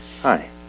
Hi